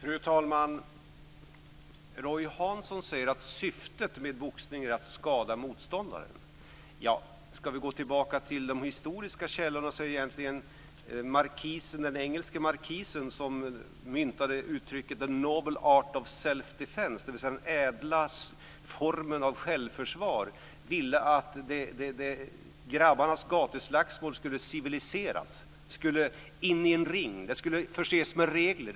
Fru talman! Roy Hansson säger att syftet med boxningen är att skada motståndaren. Ska vi gå tillbaka till de historiska källorna är det egentligen en engelsk markis som myntade uttrycket the noble art of self-defence, dvs. den ädla formen av självförsvar och som ville att grabbarnas gatuslagsmål skulle civiliseras, skulle in i en ring och förses med regler.